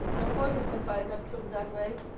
napoleon's empire got killed that way.